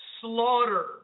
slaughter